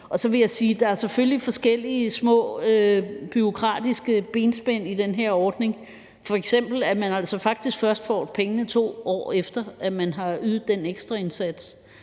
at der selvfølgelig er forskellige små bureaukratiske benspænd i den her ordning, f.eks. at man altså faktisk først får pengene, 2 år efter at man har ydet den ekstra indsats,